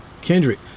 Kendrick